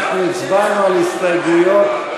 אנחנו הצבענו על הסתייגויות,